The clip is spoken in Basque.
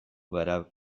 gara